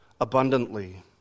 abundantly